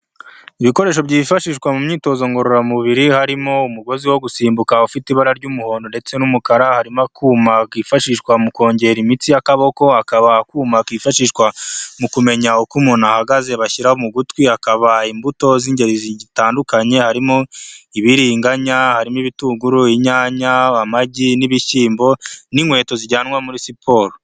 Ibikoresho byifashishwa mu myitozo ngororamubiri, harimo umugozi wo gusimbuka ufite ibara ry'umuhondo ndetse n'umukara. Harimo akuma bwifashishwa mu kongera imitsi y'akaboko, hakaba akuma kifashishwa mu kumenya uko umuntu ahagaze bashyira mu gutwi. Hakaba imbuto z'ingeri zitandukanye, harimo ibiriganya, harimo ibitunguru, inyanya, amagi n'ibishyimbo; n'inkweto zijyanwa muri siporo.